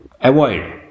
avoid